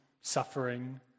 suffering